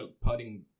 putting